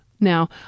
Now